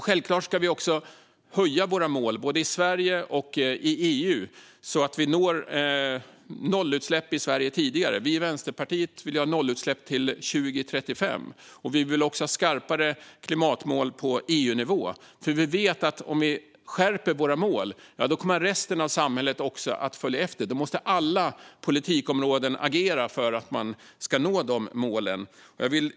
Självklart ska vi också höja våra mål, både i Sverige och i EU, så att vi når nollutsläpp tidigare. Vi i Vänsterpartiet vill ha nollutsläpp till 2035. Vi vill också ha skarpare klimatmål på EU-nivå. Vi vet nämligen att om vi skärper våra mål kommer resten av samhället också att följa efter. Då måste alla politikområden agera för att man ska nå dessa mål. Herr talman!